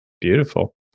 Beautiful